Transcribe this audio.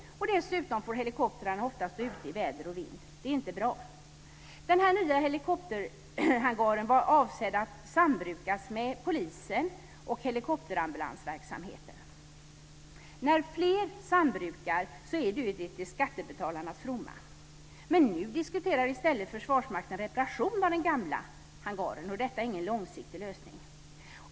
Dessutom får helikoptrarna ofta stå ute i väder och vind. Det är inte bra. Den här nya helikopterhangaren var avsedd att sambrukas med polisen och verksamheten med helikopterambulans. När fler sambrukar är ju det till fromma för skattebetalarna. Nu diskuterar i stället Försvarsmakten reparation av den gamla hangaren. Detta är ingen långsiktig lösning.